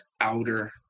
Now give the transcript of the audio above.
outer